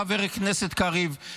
חבר הכנסת קריב,